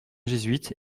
jésuite